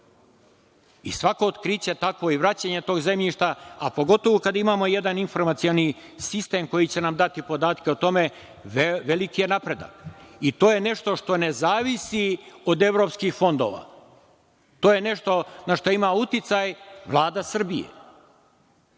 I svako otkriće takvo i vraćanje tog zemljišta, a pogotovu kad imamo jedan informacioni sistem koji će nam dati podatke o tome, veliki je napredak. To je nešto što ne zavisi od evropskih fondova. To je nešto na šta ima uticaj Vlada Srbije.